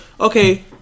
okay